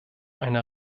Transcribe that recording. eine